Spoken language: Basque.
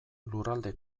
lurralde